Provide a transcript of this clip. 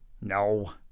No